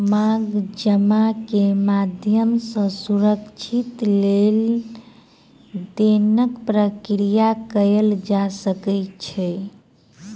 मांग जमा के माध्यम सॅ सुरक्षित लेन देनक प्रक्रिया कयल जा सकै छै